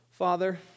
Father